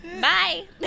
Bye